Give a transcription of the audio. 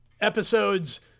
episodes